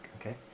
okay